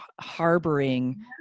harboring